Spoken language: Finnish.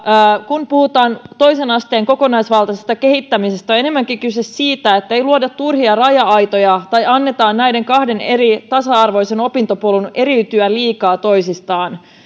kun puhutaan toisen asteen kokonaisvaltaisesta kehittämisestä on enemmänkin kyse siitä että ei luoda turhia raja aitoja tai anneta näiden kahden eri tasa arvoisen opintopolun eriytyä liikaa toisistaan